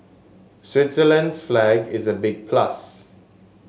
Switzerland's flag is a big plus